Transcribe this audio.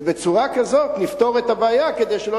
ובצורה כזאת נפתור את הבעיה כדי שלא